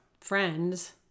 friends